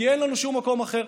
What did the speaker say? כי אין לנו שום מקום אחר.